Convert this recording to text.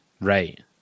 Right